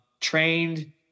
Trained